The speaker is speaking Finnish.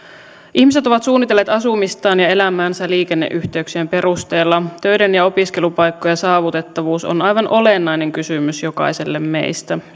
ihmiset ovat suunnitelleet asumistaan ja elämäänsä liikenneyhteyksien perusteella töiden ja opiskelupaikkojen saavutettavuus on aivan olennainen kysymys jokaiselle meistä